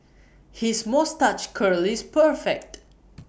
his moustache curl is perfect